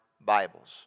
Bibles